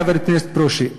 חבר הכנסת ברושי,